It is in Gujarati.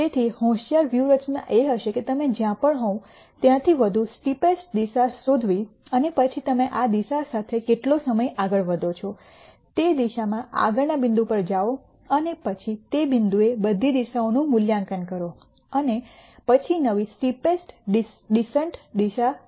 તેથી હોશિયાર વ્યૂહરચના એ હશે કે તમે જ્યાં પણ હોવ ત્યાંથી વધુ સ્ટીપેસ્ટ દિશા શોધવા અને પછી તમે આ દિશા સાથે કેટલો સમય આગળ વધો છો તે દિશામાં આગળના બિંદુ પર જાઓ અને પછી તે બિંદુએ બધી દિશાઓનું મૂલ્યાંકન કરો અને પછી નવી સ્ટીપેસ્ટ ડિસેન્ટ દિશા શોધો